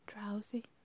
drowsy